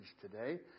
today